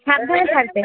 সাবধানে থাকবে